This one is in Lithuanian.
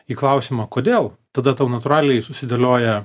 į klausimą kodėl tada tau natūraliai susidėlioja